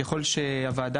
ככל שהוועדה,